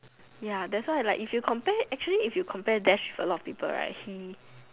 ya that's why like if you compare actually if you compare dash to a lot of people right he